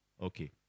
Okay